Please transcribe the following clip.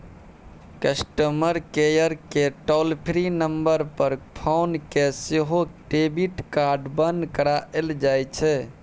customer केयरकेँ toll free number पर phone कए सेहो डेबिट कार्ड बन्न कराएल जाइ छै